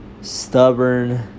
stubborn